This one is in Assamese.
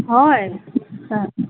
হয়